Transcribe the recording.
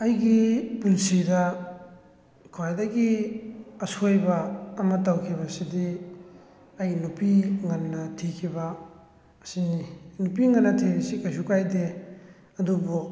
ꯑꯩꯒꯤ ꯄꯨꯟꯁꯤꯗ ꯈ꯭ꯋꯥꯏꯗꯒꯤ ꯑꯁꯣꯏꯕ ꯑꯃ ꯇꯧꯈꯤꯕꯁꯤꯗꯤ ꯑꯩ ꯅꯨꯄꯤ ꯉꯟꯅ ꯊꯤꯈꯤꯕ ꯑꯁꯤꯅꯤ ꯅꯨꯄꯤ ꯉꯟꯅ ꯊꯤꯕꯁꯤ ꯀꯩꯁꯨ ꯀꯥꯏꯗꯦ ꯑꯗꯨꯕꯨ